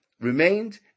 remained